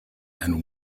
and